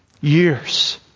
Years